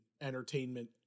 entertainment